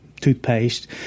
toothpaste